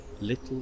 little